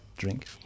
drink